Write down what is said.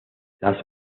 las